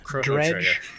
Dredge